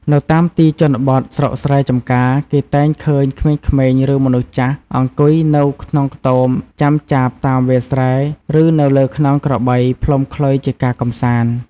នៅតាមទីជនបទ ស្រុកស្រែចម្ការ គេតែងឃើញក្មេងៗ ឬមនុស្សចាស់ អង្គុយនៅក្នុងខ្ទមចាំចាបតាមវាលស្រែ ឬនៅលើខ្នងក្របី ផ្លុំខ្លុយជាការកម្សាន្ត។